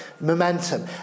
momentum